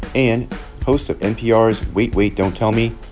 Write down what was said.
and host of npr's wait wait. don't tell me,